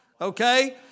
Okay